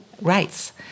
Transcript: rights